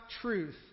truth